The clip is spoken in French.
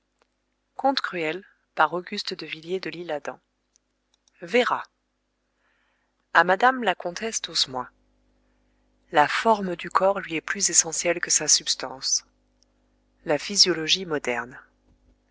véra à madame la comtesse d'osmoy la forme du corps lui est plus essentielle que sa substance la physiologie moderne